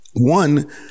one